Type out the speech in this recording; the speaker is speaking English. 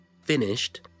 Finished